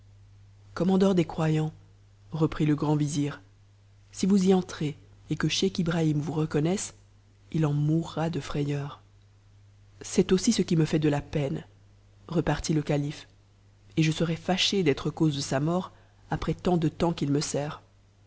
commandeur des croyants reprit e grand vizir si vous y entrez et que scheich ibrahim vous reconnaisse il en mourra de frayeur c'est aussi ce qui me fait de la peine repartit le calife et je serais fâché d'être cause de sa mort après tant de temps qu'il me